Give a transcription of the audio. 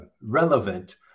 relevant